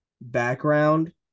background